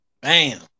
Bam